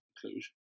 conclusion